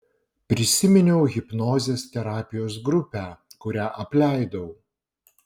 prisiminiau hipnozės terapijos grupę kurią apleidau